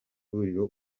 huriro